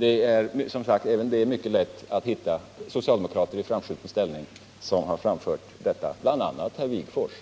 är det mycket lätt att hitta socialdemokrater i framskjuten ställning som framfört, bl.a. herr Wigforss.